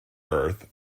earth